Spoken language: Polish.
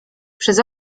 przez